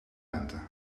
lente